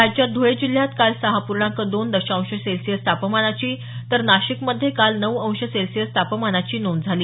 राज्यात धुळे जिल्ह्यात काल सहा पूर्णांक दोन दशांश सेल्सिअस तापमानाची तर नाशिक मध्ये काल नऊ अंश सेल्सिअस तापमानाची नोंद झाली